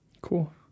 Cool